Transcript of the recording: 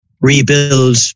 rebuild